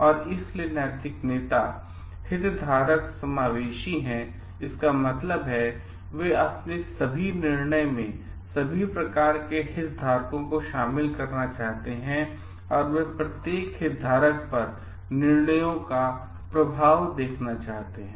और इसलिए नैतिक नेता हितधारक समावेशी हैं इसका मतलब है वे अपने निर्णय में सभी प्रकार के हितधारकों को शामिल करना चाहते हैं और वे प्रत्येक हितधारक पर निर्णयों का प्रभाव देखना चाहते हैं